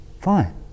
fine